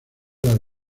las